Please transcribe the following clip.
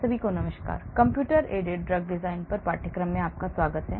सभी को नमस्कार कंप्यूटर एडेड ड्रग डिज़ाइन पर पाठ्यक्रम में आपका स्वागत है